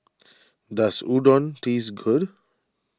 does Udon taste good